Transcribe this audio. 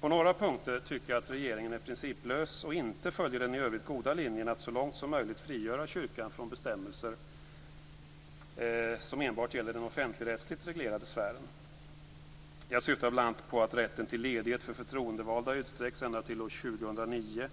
På några punkter tycker jag att regeringen är principlös och inte följer den i övrigt goda linjen att så långt som möjligt frigöra kyrkan från bestämmelser som enbart gäller den offentlig-rättsligt reglerade sfären. Jag syftar bl.a. på att rätten till ledighet för förtroendevalda utsträcks ända till år 2009.